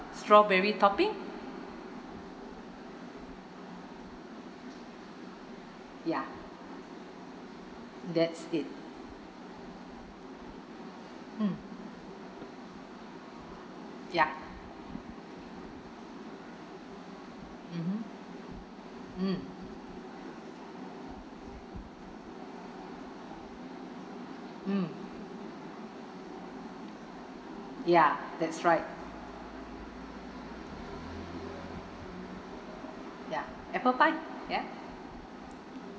strawberry topping ya that's it mm ya mmhmm mm mm ya that's right ya apple pie ya